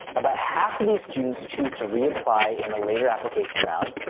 about half of these students choose to reapply in a later application round,